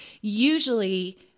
usually